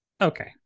okay